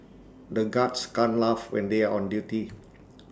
the guards can't laugh when they are on duty